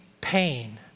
pain